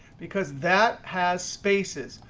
because that has spaces.